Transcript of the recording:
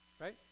right